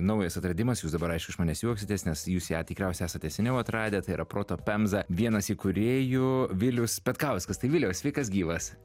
naujas atradimas jūs dabar aišku iš manęs juoksitės nes jūs ją tikriausiai esate seniau atradę tai yra proto pemza vienas įkūrėjų vilius petkauskas tai viliau sveikas gyvas